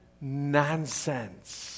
nonsense